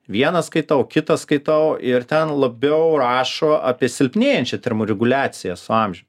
vieną skaitau kitą skaitau ir ten labiau rašo apie silpnėjančią termoreguliaciją su amžium